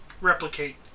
Replicate